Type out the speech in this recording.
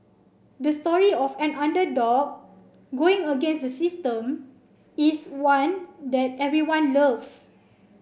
the story of an underdog going against the system is one that everyone loves